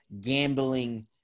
gambling